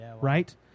Right